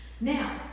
Now